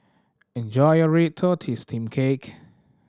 enjoy your red tortoise steamed cake